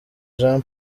jean